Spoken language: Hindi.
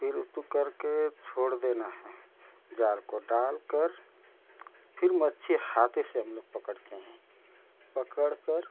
फिर उसको कर के छोड़ देना है जाल को डाल कर फिर हाथे से हम लोग पकड़ते हैं पकड़कर